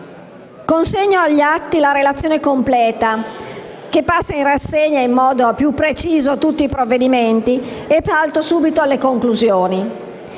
Consegno agli atti la relazione completa che passa in rassegna in modo più preciso tutti i provvedimenti e passo subito alle conclusioni.